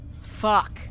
Fuck